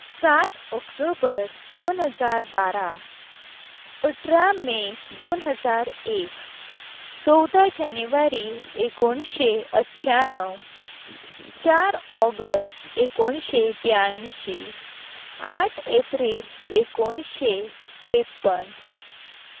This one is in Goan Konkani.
सात ऑक्टोबर दोन हजार बारा अठरा मे दोन हजार एक चोवदा जानेवारी एकोणीशे अठ्ठ्याण्णव चार ऑगस्ट एकोणीशें ब्यांयशी आठ एप्रील एकोणीशे त्रेप्पन